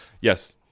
Yes